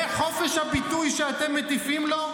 זה חופש הביטוי שאתם מטיפים לו?